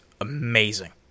amazing